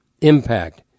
impact